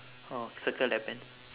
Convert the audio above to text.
oh circle that pants